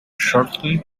shortly